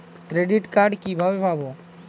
Credit card কিভাবে পাব?